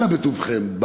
אנא בטובכם,